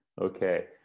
okay